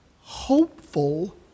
hopeful